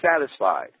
satisfied